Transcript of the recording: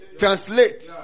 translate